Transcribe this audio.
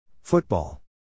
Football